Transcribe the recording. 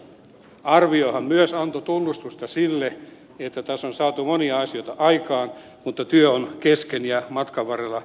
tämä kyseinen tarkastusarviohan myös antoi tunnustusta sille että tässä on saatu monia asioita aikaan mutta työ on kesken ja matkan varrella